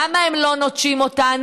למה הם לא נוטשים אותנו?